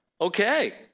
Okay